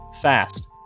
fast